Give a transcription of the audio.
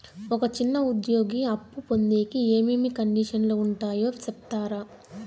ఒక చిన్న ఉద్యోగి అప్పు పొందేకి ఏమేమి కండిషన్లు ఉంటాయో సెప్తారా?